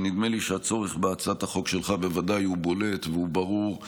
נדמה לי שהצורך בהצעת החוק שלך הוא בוודאי בולט וברור,